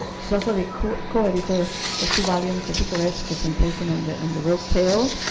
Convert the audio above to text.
so so the collator of two volumes, the picaresque a symposium on the um the rogue's tale